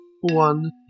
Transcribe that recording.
one